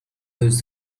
lose